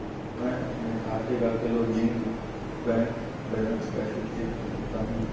मैं अपने खाते का क्लोजिंग बैंक बैलेंस कैसे चेक कर सकता हूँ?